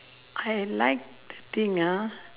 I like the thing ah